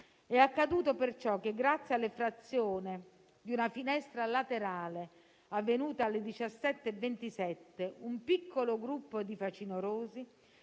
È accaduto perciò che, grazie all'effrazione di una finestra laterale avvenuta alle 17,27, un piccolo gruppo di facinorosi